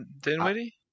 Dinwiddie